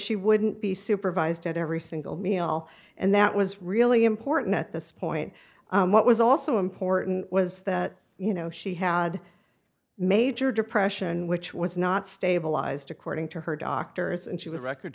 she wouldn't be supervised at every single meal and that was really important at this point what was also important was that you know she had major depression which was not stabilized according to her doctors and she was record